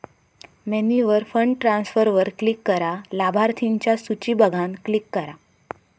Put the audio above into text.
मेन्यूवर फंड ट्रांसफरवर क्लिक करा, लाभार्थिंच्या सुची बघान क्लिक करा